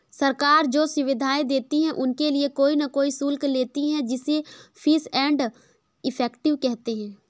सरकार जो सुविधाएं देती है उनके लिए कोई न कोई शुल्क लेती है जिसे फीस एंड इफेक्टिव कहते हैं